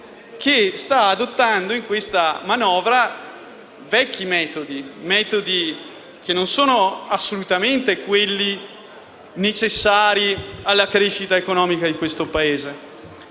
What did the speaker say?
che sta adottando in questa manovra vecchi metodi, che non sono assolutamente quelli necessari alla crescita economica del Paese.